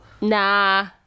Nah